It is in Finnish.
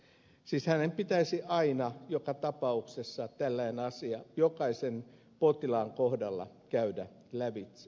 siis hänen pitäisi aina jokaisen potilaan kohdalla tällainen asia käydä lävitse